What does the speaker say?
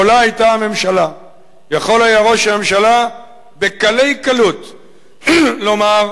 יכול היה ראש הממשלה בקלי-קלות לומר: